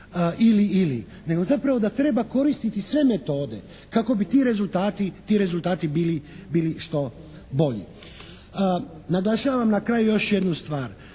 ili-ili, nego zapravo da treba koristiti sve metode kako bi ti rezultati bili što bolji. Naglašavam na kraju još jednu stvar.